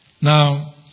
Now